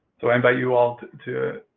so, i invite you all to